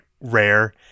rare